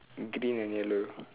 green and yellow